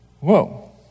Whoa